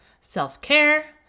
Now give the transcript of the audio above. Self-care